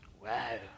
Wow